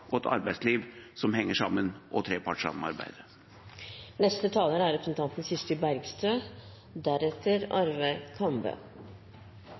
og et arbeidsliv som henger sammen, og trepartssamarbeidet. «Frihet» er